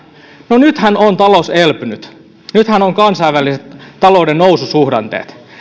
no nythän on talous elpynyt nythän on kansainväliset talouden noususuhdanteet